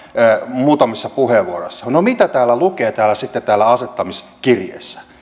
muutamissa puheenvuoroissa no mitä lukee sitten täällä asettamiskirjeessä